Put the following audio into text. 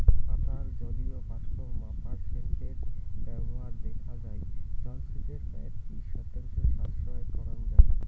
পাতার জলীয় বাষ্প মাপার সেন্সর ব্যবহারে দেখা যাই জলসেচের প্রায় ত্রিশ শতাংশ সাশ্রয় করাং যাই